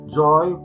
joy